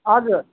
हजुर